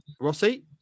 rossi